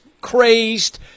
crazed